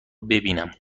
ببینم